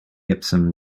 epsom